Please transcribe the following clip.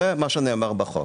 זה מה שנאמר בחוק.